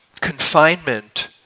confinement